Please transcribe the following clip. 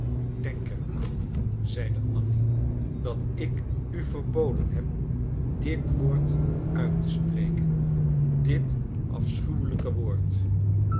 denk er aan zeide anna dat ik u verboden heb dit woord uit te spreken dit afschuwelijke woord